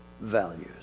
values